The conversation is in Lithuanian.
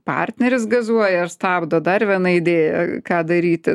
partneris gazuoja ar stabdo dar viena idėja ką daryti